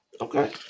Okay